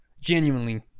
genuinely